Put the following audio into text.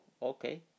Okay